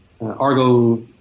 Argo